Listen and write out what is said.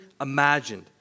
imagined